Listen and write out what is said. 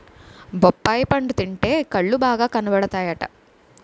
బొప్పాయి పండు తింటే కళ్ళు బాగా కనబడతాయట